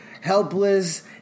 helpless